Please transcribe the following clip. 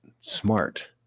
smart